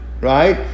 right